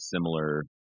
similar